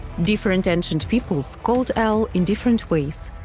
different ancient peoples called el in different ways.